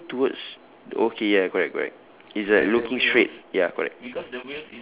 facing towards okay ya correct correct it's like looking straight ya correct